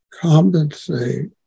compensate